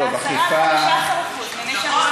בסוף תגיע ל-10% ו-15% טוב,